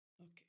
Okay